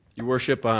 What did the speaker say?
your worship,